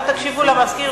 לא תקשיבו למזכיר,